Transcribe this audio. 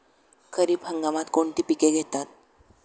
खरीप हंगामात कोणती पिके घेतात?